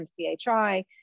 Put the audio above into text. MCHI